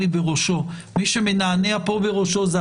בראשו זה השר.